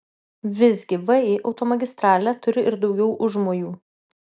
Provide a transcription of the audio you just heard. visgi vį automagistralė turi ir daugiau užmojų